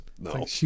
No